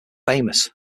famous